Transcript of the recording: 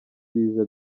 biza